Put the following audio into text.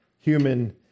human